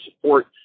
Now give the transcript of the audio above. support